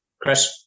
Chris